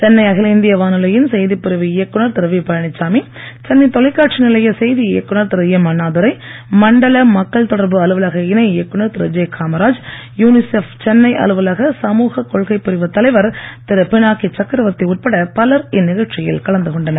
சென்னை அகில இந்திய வானொலியின் செய்திப் பிரிவு இயக்குனர் திரு வி பழனிசாமி சென்னை தொலைக்காட்சி நிலைய செய்தி இயக்குனர் திரு எம் அண்ணாதுரை மண்டல மக்கள் தொடர்பு அலுவலக இணை இயக்குனர் திருஜே காமராஜ் யூனிசெப் சென்னை அலுவலக சமூக கொள்கைப் பிரிவு தலைவர் திரு பினாகி சக்ரவர்த்தி உட்பட பலர் இந்நிகழ்ச்சியில் கலந்து கொண்டனர்